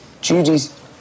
Judy's